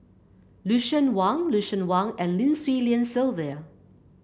Lucien Wang Lucien Wang and Lim Swee Lian Sylvia